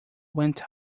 went